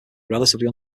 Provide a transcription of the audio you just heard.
relatively